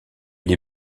les